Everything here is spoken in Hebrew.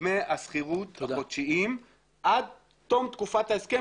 דמי השכירות החודשיים עד תום תקופת ההסכם